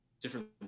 different